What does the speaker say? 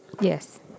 Yes